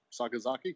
Sakazaki